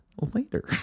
later